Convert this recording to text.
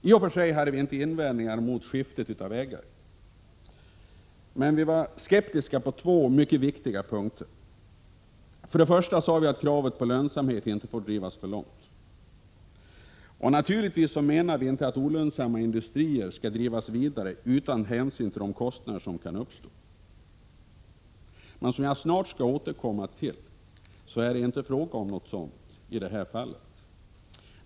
I och för sig hade vi inga invändningar mot skiftet av ägare, men vi var skeptiska på två mycket viktiga punkter. För det första sade vi att kravet på lönsamhet inte fick drivas för långt. Naturligtvis menar vi inte att olönsamma industrier skall drivas vidare utan hänsyn till de kostnader som kan uppstå. Som jag snart skall återkomma till, är det dock inte fråga om något sådant i det här fallet.